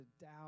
doubt